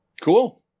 Cool